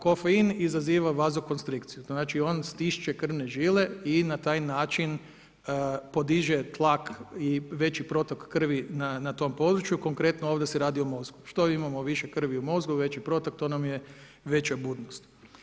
Kofein izaziva vazokonstrikciju, to znači, on stišće krvne žile i na taj način podiže tlak i veći protok krvi na tom području, konkretno ovdje se radi o mozgu, što imamo više krvi u mozgu, veći protok, to nam je veća budnost.